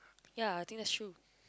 ya I think that is true